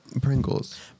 Pringles